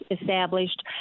established